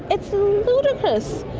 it's ludicrous.